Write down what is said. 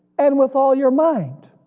and with all your mind.